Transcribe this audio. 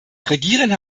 regieren